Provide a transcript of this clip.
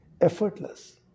effortless